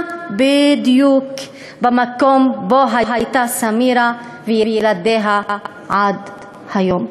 בדיוק במקום שבו היו סמירה וילדיה עד היום.